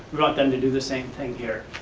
we want them to do the same thing here.